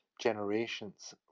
generations